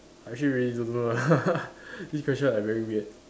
I actually really don't know lah this question like very weird